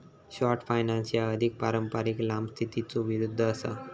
short finance ह्या अधिक पारंपारिक लांब स्थितीच्यो विरुद्ध असा